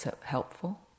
helpful